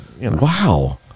wow